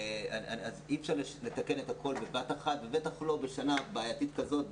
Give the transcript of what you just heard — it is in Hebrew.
אי אפשר לתקן את הכל בבת אחת ובטח לא בשנה בעייתית כזאת,